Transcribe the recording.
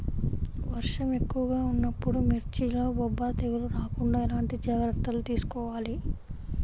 వర్షం ఎక్కువగా ఉన్నప్పుడు మిర్చిలో బొబ్బర తెగులు రాకుండా ఎలాంటి జాగ్రత్తలు తీసుకోవాలి?